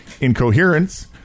incoherence